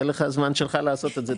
יהיה לך הזמן שלך לעשות את זה.